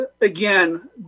again